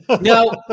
No